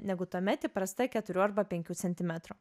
negu tuomet įprasta keturių arba penkių centimetrų